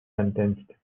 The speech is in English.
sentenced